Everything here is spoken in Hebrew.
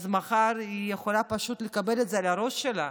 אז מחר היא יכולה פשוט לקבל את זה על הראש שלה.